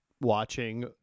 watching